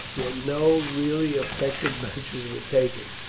yet no really effective measures were taken.